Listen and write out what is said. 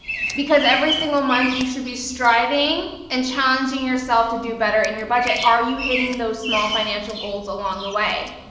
because every single month you should be striving and challenging yourself to do better in your budget. are you hitting those small financial goals along the way?